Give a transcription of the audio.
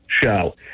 show